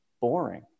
boring